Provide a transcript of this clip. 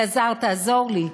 אלעזר, תעזור לי.